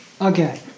Okay